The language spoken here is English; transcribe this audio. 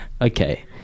Okay